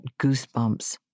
goosebumps